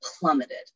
plummeted